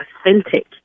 authentic